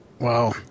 Wow